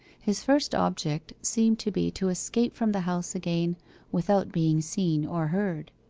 his first object seemed to be to escape from the house again without being seen or heard.